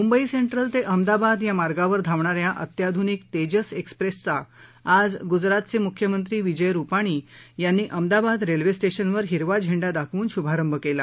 Mumbai central ते अहमदाबाद या मार्गावर धावणा या अत्याधुनिक तेजस एक्सप्रेसचा आज गुजरातचे मुख्यमंत्री विजय रुपानी यांनी अहमदाबाद रेल्वे संशिनवर हिरवा झेंडा दाखवून शुभारंभ केला